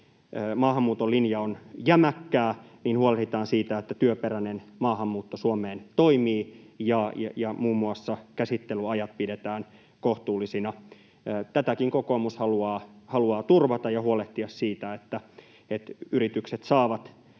maahanmuuton linja on jämäkkä, huolehditaan siitä, että työperäinen maahanmuutto Suomeen toimii ja muun muassa käsittelyajat pidetään kohtuullisina. Tätäkin kokoomus haluaa turvata ja huolehtia siitä, että yritykset saavat